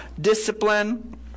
discipline